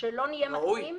שלא נהיה מטעים.